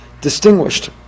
distinguished